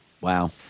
wow